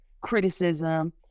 criticism